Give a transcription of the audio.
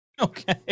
Okay